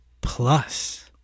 plus